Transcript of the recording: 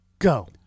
go